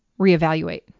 reevaluate